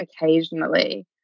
occasionally